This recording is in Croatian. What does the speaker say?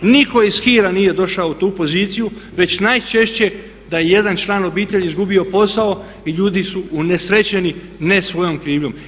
Nitko iz hira nije došao u tu poziciju već najčešće da je jedan član obitelji izgubio posao i ljudi su unesrećeni ne svojom krivnjom.